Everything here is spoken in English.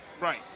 Right